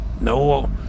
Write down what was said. No